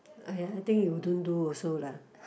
!aiya! I think you don't do also lah